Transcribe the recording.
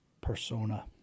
persona